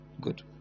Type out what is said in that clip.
good